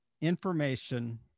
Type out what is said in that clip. information